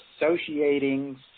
associating